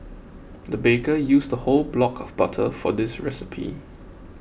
the baker used a whole block of butter for this recipe